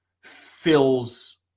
fills